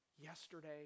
yesterday